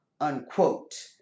unquote